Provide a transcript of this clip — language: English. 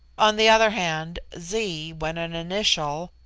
on the other hand, z, when an initial,